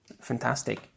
Fantastic